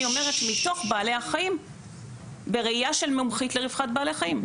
אני אומרת שמתוך בעלי החיים בראייה של מומחית לרווחת בעלי חיים.